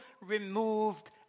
removed